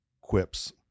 quips